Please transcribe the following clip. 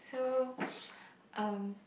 so um